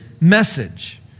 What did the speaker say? message